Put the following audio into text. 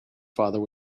father